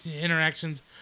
interactions